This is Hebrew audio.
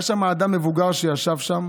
היה שם אדם מבוגר שישב שם